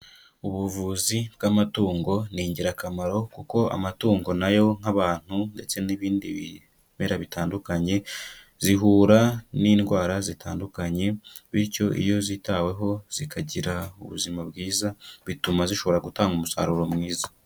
Ubuvuzi bw'amatungo ni ingirakamaro kuko amatungo na yo nk'abantu ndetse n'ibindi bimera bitandukanye zihura n'indwara zitandukanye, bityo iyo zitaweho zikagira ubuzima bwiza bituma zishobora gutanga umusaruro mwiza.